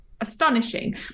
astonishing